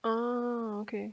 oh okay